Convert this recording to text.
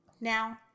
Now